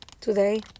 today